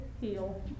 heal